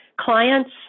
clients